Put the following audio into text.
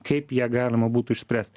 kaip ją galima būtų išspręst